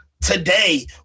today